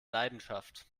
leidenschaft